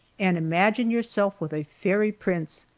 and imagine yourself with a fairy prince.